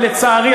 ולצערי,